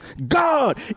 God